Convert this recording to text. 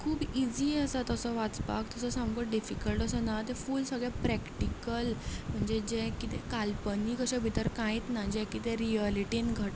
खूब इजी आसा तसो वाचपाक खूब डिफिकल्ट असो ना फूल सगलें प्रॅक्टीकल म्हणजे जे किदें काल्पनीक अशें भितर कांयच ना जें किदें रियलिटीन घडटा